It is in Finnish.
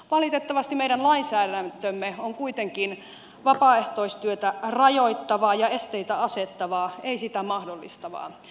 valitettavasti meidän lainsäädäntömme on kuitenkin vapaaehtoistyötä rajoittavaa ja esteitä asettavaa ei sitä mahdollistavaa